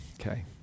Okay